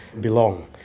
belong